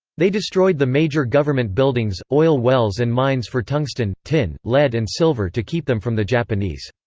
they destroyed the major government buildings, oil wells and mines for tungsten, tin, lead and silver to keep them from the japanese.